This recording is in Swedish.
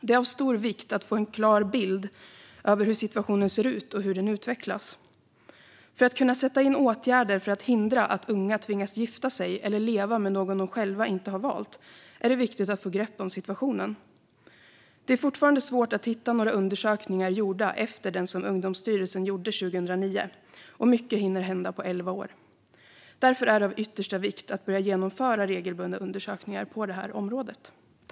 Det är av stor vikt att vi får en klar bild över hur situationen ser ut och hur den utvecklas. För att kunna sätta in åtgärder för att hindra att unga tvingas gifta sig eller leva med någon de inte själva har valt är det viktigt att få grepp om situationen. Det är fortfarande svårt att hitta några undersökningar gjorda efter den som Ungdomsstyrelsen gjorde 2009, och mycket hinner hända på elva år. Därför är det av yttersta vikt att man börjar genomföra regelbundna undersökningar på det här området.